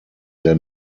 their